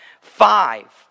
Five